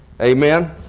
Amen